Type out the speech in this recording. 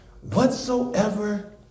whatsoever